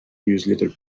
newsletter